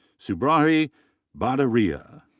surabhi bhadauria.